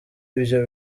ivyo